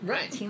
Right